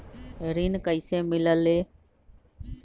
ऋण कईसे मिलल ले?